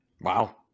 wow